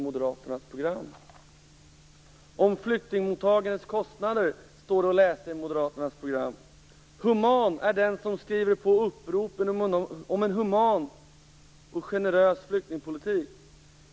Om flyktingmottagandets kostnader står att läsa i Moderaternas program: "Human är den som skriver på uppropen om en human och generös flyktingpolitik.